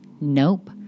Nope